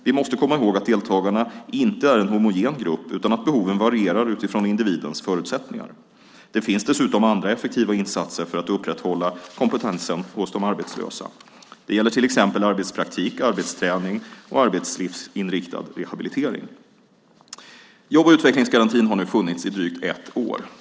Vi måste komma ihåg att deltagarna inte är en homogen grupp utan att behoven varierar utifrån individens förutsättningar. Det finns dessutom andra effektiva insatser för att upprätthålla kompetensen hos de arbetslösa. Det gäller till exempel arbetspraktik, arbetsträning och arbetslivsinriktad rehabilitering. Jobb och utvecklingsgarantin har nu funnits i drygt ett år.